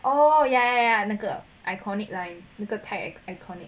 oh ya ya ya 那个 iconic line because tag iconic